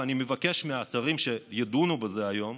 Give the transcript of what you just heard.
אני מבקש מהשרים שידונו בזה היום